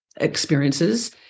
experiences